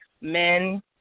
men